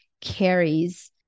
carries